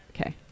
Okay